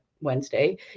wednesday